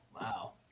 Wow